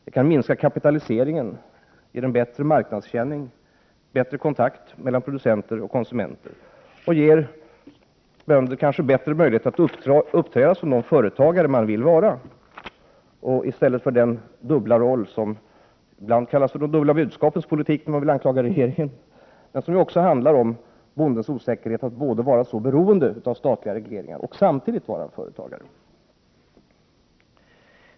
Den kan minska kapitaliseringen genom bättre marknadskänning, bättre kontakt mellan producenter och konsumenter, och den kan ge bönder bättre möjligheter att uppträda som de 33 företagare de vill vara, i stället för att ha dubbla roller. Det talas ibland om de dubbla budskapens politik, om man vill anklaga regeringen, men det handlar också om bondens osäkerhet, genom att han är så beroende av statliga regleringar och samtidigt är företagare.